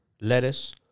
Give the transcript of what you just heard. lettuce